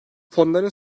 fonların